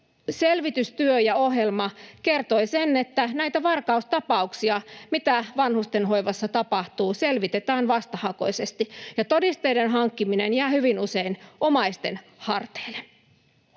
selvitystyö ja ohjelma kertoi sen, että näitä varkaustapauksia, mitä vanhustenhoivassa tapahtuu, selvitetään vastahakoisesti ja todisteiden hankkiminen jää hyvin usein omaisten harteille.